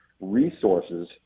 resources